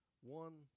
One